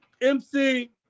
MC